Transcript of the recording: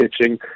pitching